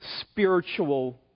spiritual